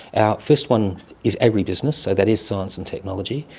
our first one is agribusiness, so that is science and technology.